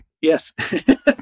Yes